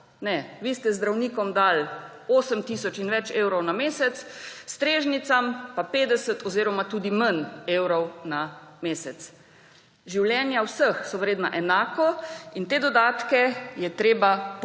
Ne, vi ste zdravnikom dali 8 tisoč in več evrov na mesec, strežnicam pa 50 oziroma tudi manj evrov na mesec. Življenja vseh so vredna enako in te dodatke je treba poenotiti.